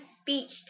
speech